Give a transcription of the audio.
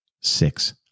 Six